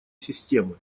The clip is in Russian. системы